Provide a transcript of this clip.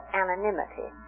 anonymity